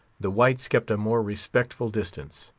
the whites kept a more respectful distance.